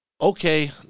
Okay